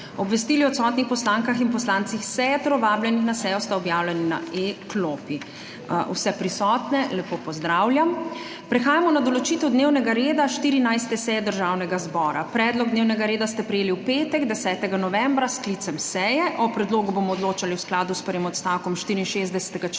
Obvestili o odsotnih poslankah in poslancih s seje ter o vabljenih na sejo sta objavljeni na e-klopi. Vse prisotne lepo pozdravljam! Prehajamo na **določitev dnevnega reda** 14. seje Državnega zbora. Predlog dnevnega reda ste prejeli v petek, 10. novembra, s sklicem seje. O predlogu bomo odločali v skladu s prvim odstavkom 64. člena